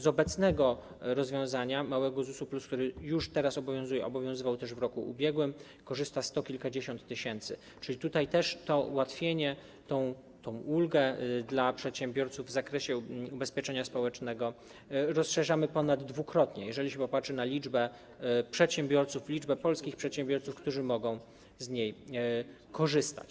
Z obecnego rozwiązania dotyczącego małego ZUS-u plus, który już teraz obowiązuje, obowiązywał też w roku ubiegłym, korzysta sto kilkadziesiąt tysięcy, czyli tutaj też to ułatwienie, tę ulgę dla przedsiębiorców w zakresie ubezpieczenia społecznego rozszerzamy ponaddwukrotnie, jeżeli popatrzy się na liczbę polskich przedsiębiorców, którzy mogą z niej korzystać.